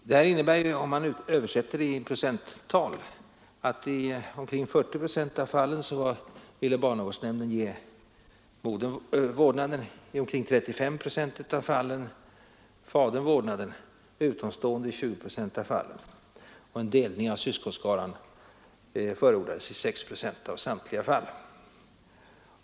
Detta innebär, översatt till procenttal, att i omkring 40 procent av fallen ville barnavårdsnämnden ge modern vårdnaden, i omkring 35 procent av fallen fadern vårdnaden och i 20 procent av fallen utomstående vårdnaden av barnen. Delning av syskonskaran förordades i 6 procent av samtliga fall.